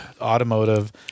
automotive